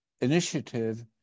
initiative